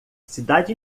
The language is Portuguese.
cidade